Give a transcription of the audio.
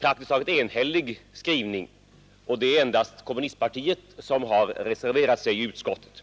praktiskt taget enhälligt förslag. Endast kommunistpartiet har reserverat sig i utskottet.